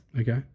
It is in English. Okay